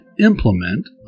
implement